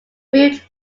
moved